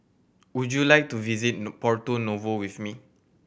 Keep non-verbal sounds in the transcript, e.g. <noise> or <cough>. would you like to visit <unintelligible> Porto Novo with me